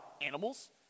animals